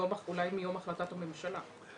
אולי מיום החלטת הממשלה.